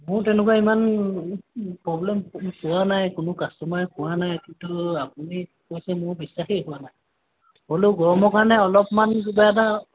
মোৰ তেনেকুৱা ইমান প্ৰব্লেম পোৱা নাই কোনো কাষ্টমাৰে কোৱা নাই কিন্তু আপুনি কৈছে মোৰ বিশ্বাসেই হোৱা নাই হ'লেও গৰমৰ কাৰণে অলপমান কিবা এটা